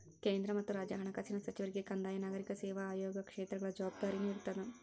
ಕೇಂದ್ರ ಮತ್ತ ರಾಜ್ಯ ಹಣಕಾಸಿನ ಸಚಿವರಿಗೆ ಕಂದಾಯ ನಾಗರಿಕ ಸೇವಾ ಆಯೋಗ ಕ್ಷೇತ್ರಗಳ ಜವಾಬ್ದಾರಿನೂ ಇರ್ತದ